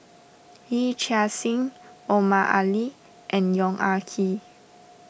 Yee Chia Hsing Omar Ali and Yong Ah Kee